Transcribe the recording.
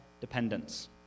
dependence